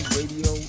radio